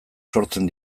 sortzen